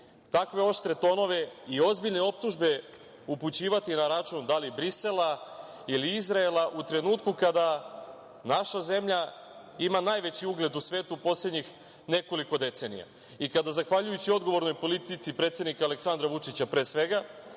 takve oštre tonove i ozbiljne optužbe upućivati na račun da li Brisela, ili Izraela, u trenutku kada naša zemlja ima najveći ugled u svetu u poslednjih nekoliko decenija i kada zahvaljujući odgovornoj politici predsednika Aleksandra Vučića, pre svega,